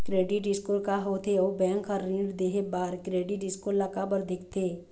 Credit score का होथे अउ बैंक हर ऋण देहे बार क्रेडिट स्कोर ला काबर देखते?